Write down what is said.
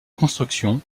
constructions